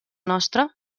nostre